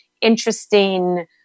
interesting